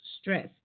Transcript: stress